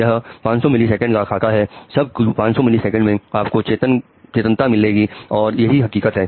यह 500 millisecond का खाका है सब कुछ 500 मिली सेकंड में आपको चेतन मिलेगा और यही हकीकत है